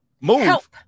move